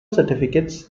certificates